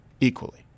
equally